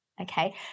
Okay